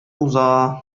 уза